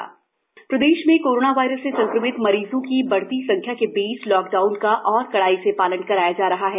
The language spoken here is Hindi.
कोरोना प्रदेश प्रदेश में कोरोना वायरस से संक्रमित मरीजों की बढ़ती संख्या के बीच लॉक डाउन का और कड़ाई से पालन कराया जा रहा है